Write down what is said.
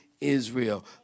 Israel